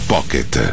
Pocket